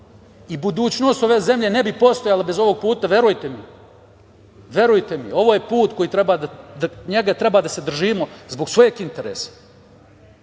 i budućnost ove zemlje ne bi postojala bez ovog puta, verujte mi. Ovo je put kojeg treba da se držimo zbog svojeg interesa.